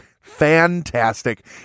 Fantastic